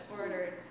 ordered